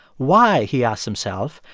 why, he asks himself,